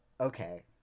okay